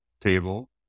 table